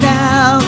now